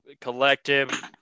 collective